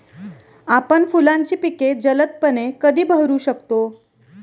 आपण फुलांची पिके जलदपणे कधी बहरू शकतो?